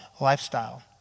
lifestyle